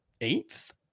eighth